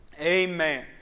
Amen